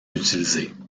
utilisées